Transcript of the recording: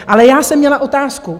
Ale já jsem měla otázku.